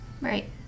Right